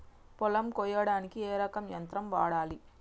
పొలం కొయ్యడానికి ఏ రకం యంత్రం వాడాలి?